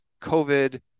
covid